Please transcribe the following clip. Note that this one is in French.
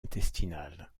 intestinales